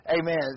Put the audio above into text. Amen